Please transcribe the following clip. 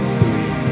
three